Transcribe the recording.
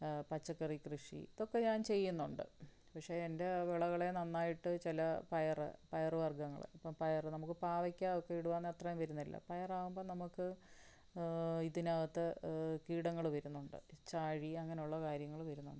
പച്ചക്കറി കൃഷി ഇതൊക്കെ ഞാൻ ചെയ്യുന്നുണ്ട് പക്ഷേ എൻ്റെ വിളകളെ നന്നായിട്ട് ചില പയര് പയറു വർഗ്ഗങ്ങള് ഇപ്പോള് പയര് നമുക്കു പാവയ്ക്ക ഒക്കെ ഇടുവാന്ന അത്രയും വരുന്നില്ല പയറാകുമ്പോ ള്നമുക്ക് ഇതിനകത്തു കീടങ്ങള് വരുന്നുണ്ട് ചാഴി അങ്ങനെയുള്ള കാര്യങ്ങള് വരുന്നുണ്ട്